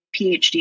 PhD